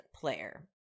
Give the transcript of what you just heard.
player